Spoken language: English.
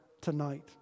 tonight